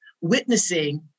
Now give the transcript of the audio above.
witnessing